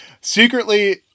Secretly